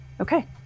okay